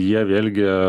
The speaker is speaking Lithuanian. jie vėlgi